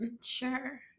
Sure